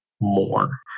more